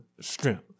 strength